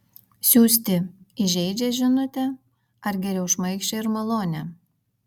siųsti įžeidžią žinutę ar geriau šmaikščią ir malonią